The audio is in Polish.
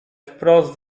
wprost